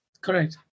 Correct